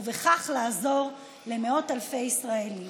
ובכך לעזור למאות אלפי ישראלים.